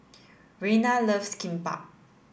Reyna loves Kimbap